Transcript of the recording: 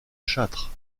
châtre